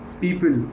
people